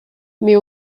mais